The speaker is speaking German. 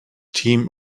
team